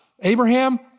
Abraham